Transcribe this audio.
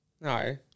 no